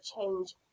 change